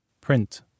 print